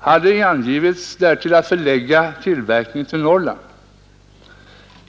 fanns vissa möjligheter att förlägga tillverkningen till Norrland.